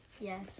Yes